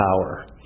power